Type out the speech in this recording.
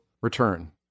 return